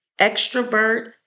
extrovert